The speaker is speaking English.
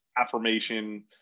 affirmation